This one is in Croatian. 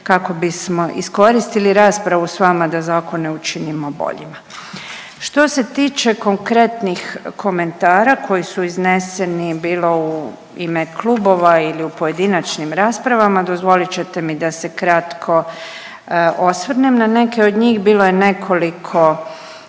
kako bismo iskoristili raspravu s vama da zakone učinimo boljima. Što se tiče konkretnih komentara koji su izneseni bilo u ime klubova ili u pojedinačnim raspravama dozvolit ćete mi da se kratko osvrnem na neke od njih. Bilo je nekoliko